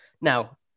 Now